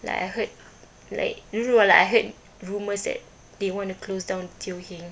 like I heard like ru~ like I heard rumours that they want a close down Teo Heng